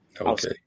Okay